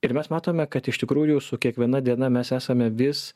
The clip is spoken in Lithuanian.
ir mes matome kad iš tikrųjų su kiekviena diena mes esame vis